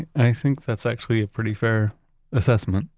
i think that's actually a pretty fair assessment,